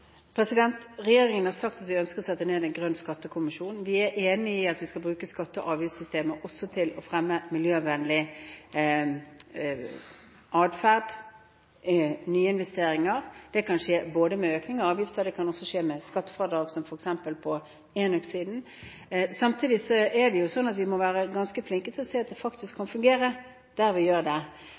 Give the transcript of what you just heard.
Regjeringen har sagt at den ønsker å sette ned en grønn skattekommisjon. Vi er enig i at vi skal bruke skatte- og avgiftssystemet også til å fremme miljøvennlig atferd og nyinvesteringer. Det kan skje med en økning av avgifter, og det kan skje med skattefradrag, som f.eks. på enøksiden. Samtidig må vi se at det faktisk kan fungere der vi gjør det, og det er klart at økningen i mineraloljeavgiften kan fungere